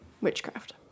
witchcraft